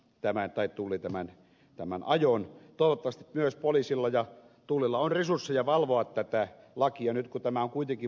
tämä tai tuli tämän tämän ajoon pakosta myös poliisilla ja tulella on resursseja valvoa tätä lakia nyt tämä on kuitenkin